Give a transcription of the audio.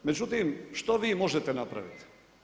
Međutim, što vi možete napraviti?